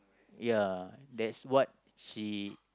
ya that's what she